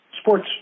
sports